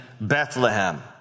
Bethlehem